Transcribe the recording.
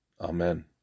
Amen